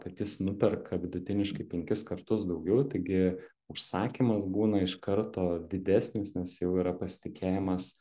kad jis nuperka vidutiniškai penkis kartus daugiau taigi užsakymas būna iš karto didesnis nes jau yra pasitikėjimas